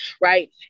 right